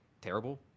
terrible